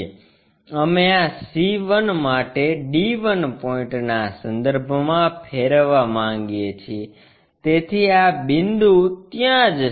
અમે આ c 1 માટે d 1 પોઇન્ટ ના સંદર્ભમાં ફેરવવા માંગીએ છીએ તેથી આ બિંદુ ત્યાં જશે